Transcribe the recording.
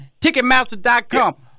Ticketmaster.com